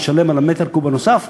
ישלם על 1 מ"ק נוסף